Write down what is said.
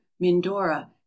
mindora